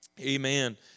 Amen